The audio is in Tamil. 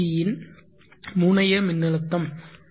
யின் முனைய மின்னழுத்தம் பி